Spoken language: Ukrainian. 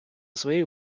своєю